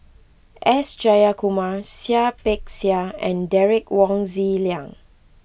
S Jayakumar Seah Peck Seah and Derek Wong Zi Liang